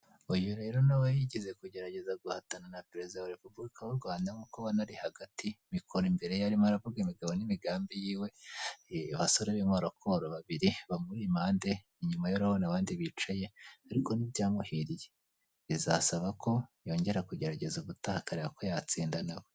Uyu rero na we yigeze kugerageza guhatanira perezida wa repubulika w'u Rwanda nk'uko ubona ari hagati, mikoro imbere ye arimo aravuga imigabo n'imigambi yiwe, abasore b'inkorokoro babiri bamuri impande inyuma ye urabona abandi bicaye ariko ntibyamuhiriye bisaba ko yongera kugerageza ubutaha kureba ko yatsinda na we.